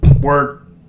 work